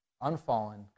unfallen